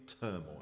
turmoil